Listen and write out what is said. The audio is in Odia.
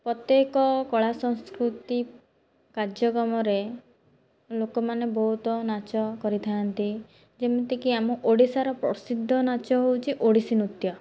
ପ୍ରତ୍ୟେକ କଳା ସଂସ୍କୃତି କାର୍ଯକ୍ରମରେ ଲୋକମାନେ ବହୁତ ନାଚ କରିଥାନ୍ତି ଯେମିତିକି ଆମ ଓଡ଼ିଶାର ପ୍ରସିଦ୍ଧ ନାଚ ହେଉଛି ଓଡ଼ିଶୀ ନୃତ୍ୟ